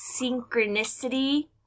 synchronicity